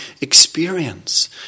experience